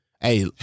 Hey